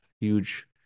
huge